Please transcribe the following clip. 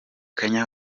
kanye